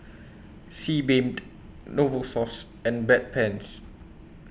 Sebamed Novosource and Bedpans